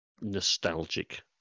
nostalgic